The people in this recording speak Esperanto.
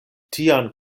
tian